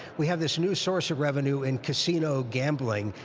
we have this new source of revenue in casino gambling,